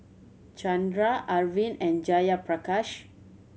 Chandra Arvind and Jayaprakash